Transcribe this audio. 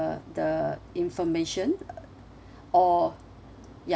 the information or ya